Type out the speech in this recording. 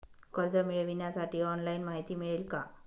कर्ज मिळविण्यासाठी ऑनलाइन माहिती मिळेल का?